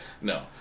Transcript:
No